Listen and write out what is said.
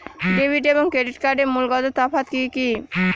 Debit এবং credit কার্ডের মূলগত তফাত কি কী?